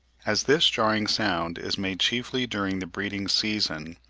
as this jarring sound is made chiefly during the breeding-season,